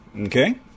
Okay